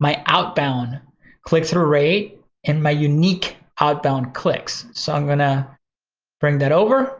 my outbound click-through rate and my unique outbound clicks. so i'm gonna bring that over